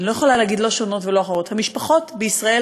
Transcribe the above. לא יכולה להגיד לא "שונות" ולא "אחרות" המשפחות בישראל